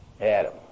Adam